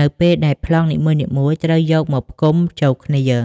នៅពេលដែលប្លង់នីមួយៗត្រូវយកមកផ្គុំចូលគ្នា។